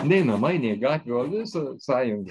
nei namai nei gatvė o visa sąjunga